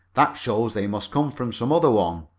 that shows they must come from some other one,